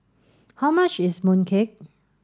how much is mooncake